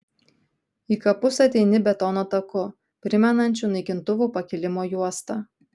į kapus ateini betono taku primenančiu naikintuvų pakilimo juostą